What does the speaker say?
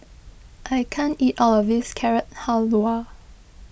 I can't eat all of this Carrot Halwa